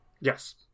Yes